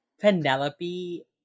penelope